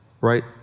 right